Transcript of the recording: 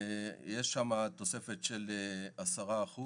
יש שם תוספת של 10%